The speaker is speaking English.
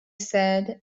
said